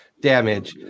damage